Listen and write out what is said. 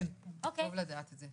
טוב לדעת את זה.